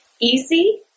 easy